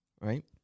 Right